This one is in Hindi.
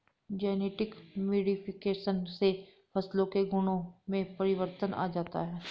जेनेटिक मोडिफिकेशन से फसलों के गुणों में परिवर्तन आ जाता है